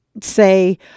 say